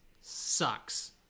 sucks